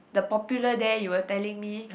the Popular there you were telling me